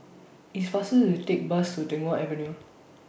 It's faster to Take Bus to Tagore Avenue